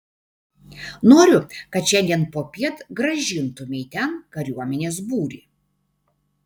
noriu kad šiandien popiet grąžintumei ten kariuomenės būrį